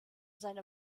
seiner